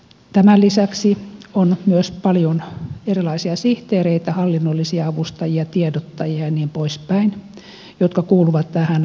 tämän lisäksi on myös paljon erilaisia sihteereitä hallinnollisia avustajia tiedottajia ja niin poispäin jotka kuuluvat tähän poliittiseen organisaatioon